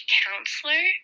counselor